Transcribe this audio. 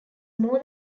more